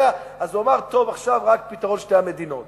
ולכן הוא אומר שעכשיו רק פתרון שתי המדינות.